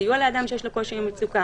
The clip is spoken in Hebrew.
סיוע לאדם שיש לו קושי או מצוקה,